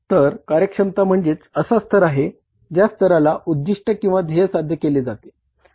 तर कार्यक्षमता म्हणजे असा स्तर आहे ज्या स्तराला उद्धिष्ट किंवा ध्येय साध्य केले जाते